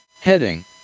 Heading